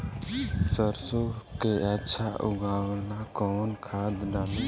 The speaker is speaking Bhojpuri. सरसो के अच्छा उगावेला कवन खाद्य डाली?